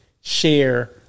share